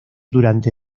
durante